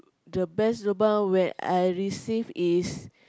the best lobang where I receive is